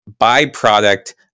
byproduct